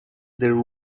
there